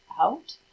out